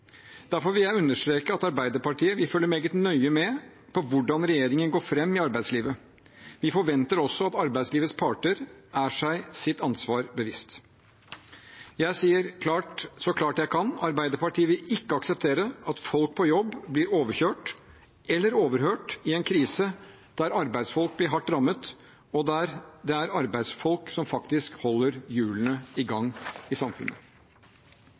Derfor vil jeg understreke at Arbeiderpartiet vil følge meget nøye med på hvordan regjeringen går fram overfor arbeidslivet. Vi forventer også at arbeidslivets parter er seg sitt ansvar bevisst. Jeg sier så klart jeg kan: Arbeiderpartiet vil ikke akseptere at folk på jobb blir overkjørt eller overhørt i en krise der arbeidsfolk blir hardt rammet, og der det er arbeidsfolk som faktisk holder hjulene i gang i samfunnet.